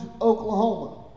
Oklahoma